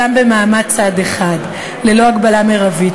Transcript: גם במעמד צד אחד ללא הגבלה מרבית.